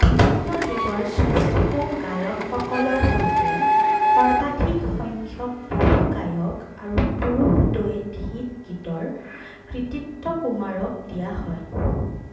বিভিন্ন যুগৰ শ্ৰেষ্ঠ গায়কসকলৰ সৈতে সৰ্বাধিক সংখ্যক বহু গায়ক আৰু পুৰুষ দ্বৈত হিট গীতৰ কৃতিত্ব কুমাৰক দিয়া হয়